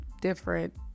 different